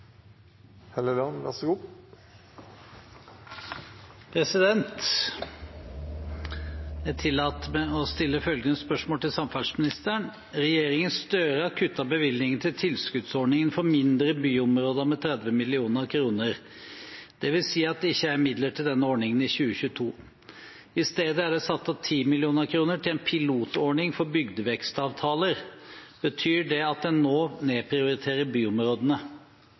tilskuddsordningen for mindre byområder med 30 mill. kroner. Det vil si at det ikke er midler til denne ordningen i 2022. I stedet er det satt av 10 mill. kroner til en pilotordning for bygdevekstavtaler. Betyr det at en nå nedprioriterer byområdene?»